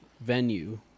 venue